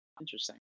Interesting